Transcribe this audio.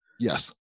Yes